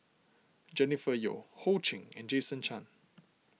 Jennifer Yeo Ho Ching and Jason Chan